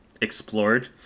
explored